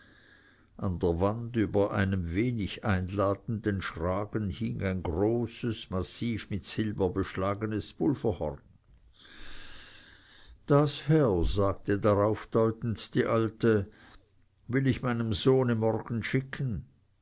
an der wand über einem wenig einladenden schragen hing ein großes massiv mit silber beschlagenes pulverhorn das herr sagte darauf deutend die alte will ich meinem sohne morgen schicken